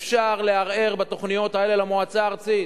אפשר לערער על התוכניות האלה למועצה הארצית.